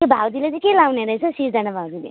त्यो भाउजूले चाहिँ के लगाउने रहेछ हौ सिर्जना भाउजूले